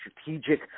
strategic